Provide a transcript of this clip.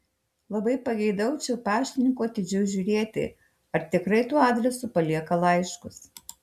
labai pageidaučiau paštininkų atidžiau žiūrėti ar tikrai tuo adresu palieka laiškus